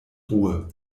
ruhe